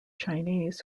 chinese